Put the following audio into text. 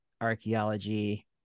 archaeology